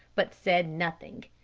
but said nothing.